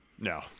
No